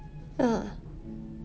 ah